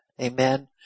Amen